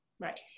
Right